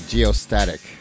Geostatic